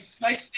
nice